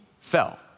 fell